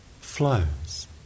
flows